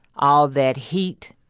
all that heat,